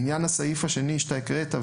לעניין הסעיף השני שאתה הקראת,